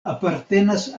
apartenas